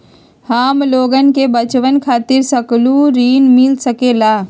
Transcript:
हमलोगन के बचवन खातीर सकलू ऋण मिल सकेला?